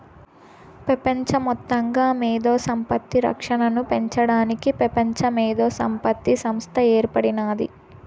పెపంచ మొత్తంగా మేధో సంపత్తి రక్షనను పెంచడానికి పెపంచ మేధోసంపత్తి సంస్త ఏర్పడినాది